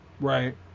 Right